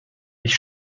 ich